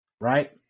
Right